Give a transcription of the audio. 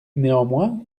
néanmoins